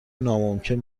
ناممکن